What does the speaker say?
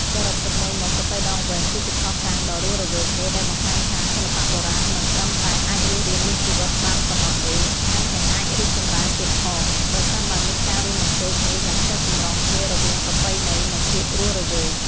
សរុបសេចក្ដីមក ចាប៉ីដងវែង គឺជាភស្តុតាងដ៏រស់រវើកមួយដែលបង្ហាញថា សិល្បៈបុរាណមិនត្រឹមតែអាចរស់រានមានជីវិតបានប៉ុណ្ណោះទេ ថែមទាំងអាចរីកចម្រើនទៀតផង ប្រសិនបើមានការរួមបញ្ចូលគ្នាយ៉ាងចុះសម្រុងគ្នារវាង ប្រពៃណី និង ភាពរស់រវើក។